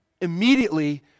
immediately